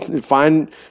find